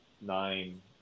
nine